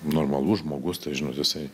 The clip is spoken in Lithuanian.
normalus žmogus tau žinot jisai